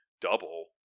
Double